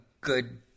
good